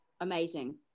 Amazing